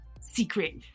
secret